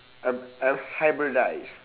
uh uh hybridise